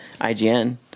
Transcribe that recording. ign